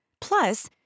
Plus